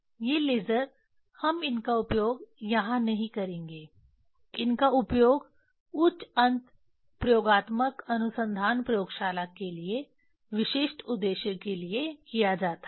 ये लेज़र हम इनका उपयोग यहां नहीं करेंगे इनका उपयोग उच्च अंत प्रयोगात्मक अनुसंधान प्रयोगशाला के लिए विशिष्ट उद्देश्य के लिए किया जाता है